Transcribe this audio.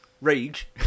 rage